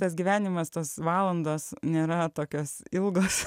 tas gyvenimas tos valandos nėra tokios ilgos